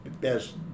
best